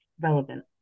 relevant